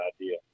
idea